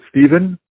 stephen